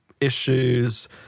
issues